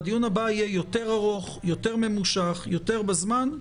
הדיון הבא יהיה יותר ארוך וממושך, יותר בזמן.